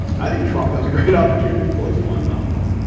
i think trump has a great opportunity to close guantanamo.